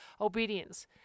obedience